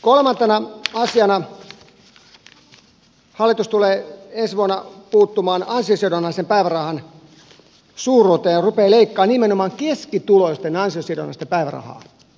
kolmantena asiana hallitus tulee ensi vuonna puuttumaan ansiosidonnaisen päivärahan suuruuteen ja rupeaa leikkaamaan nimenomaan keskituloisten ansiosidonnaista päivärahaa